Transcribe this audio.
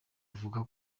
avuga